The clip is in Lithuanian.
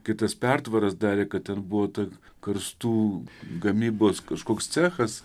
kai tas pertvaras darė kad ten buvo ta karstų gamybos kažkoks cechas